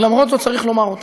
ולמרות זאת צריך לומר אותם.